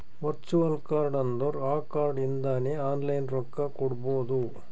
virtual card ಅಂದುರ್ ಆ card ಇಂದಾನೆ ಆನ್ಲೈನ್ ರೊಕ್ಕಾ ಕೊಡ್ಬೋದು